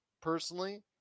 personally